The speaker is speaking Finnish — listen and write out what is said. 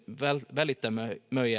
välittömiä